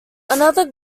another